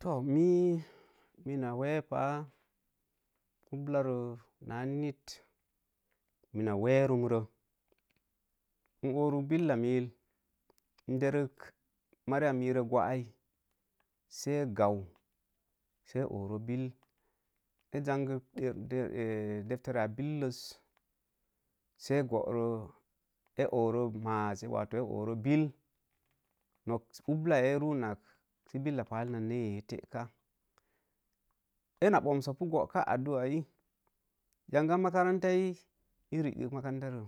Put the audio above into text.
To̱, mii mina we̱e̱ paa ublarə naa nit mina wee rumro n oruk billa mill, n der mariya mero gwai se gan se ee oro bill, ee zangik deptere a billəz, sə ee goro ee ooro mazz, ee ooro bill nok ublaa ee ruunak sə billa pall na, nee teeka, ee na bamsapu goka addua yi, yanga makarantai ii riigig makarantare